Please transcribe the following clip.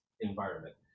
environment